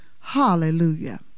Hallelujah